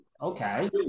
okay